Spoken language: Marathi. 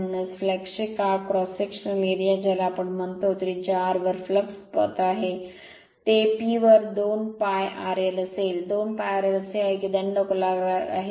म्हणूनच फ्लॅक्सचे क्रॉस सेक्शनल एरिया ज्याला आपण म्हणतो त्रिज्या r वर फ्लक्स पथ आहे ते p वर 2 π rl असेल 2 π rl असे आहे की दंडगोलाकार आहेत